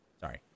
Sorry